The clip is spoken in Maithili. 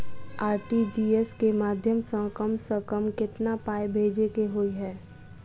आर.टी.जी.एस केँ माध्यम सँ कम सऽ कम केतना पाय भेजे केँ होइ हय?